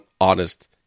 honest